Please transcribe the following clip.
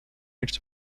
its